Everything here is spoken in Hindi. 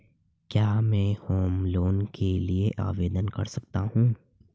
क्या मैं होम लोंन के लिए आवेदन कर सकता हूं?